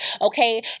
Okay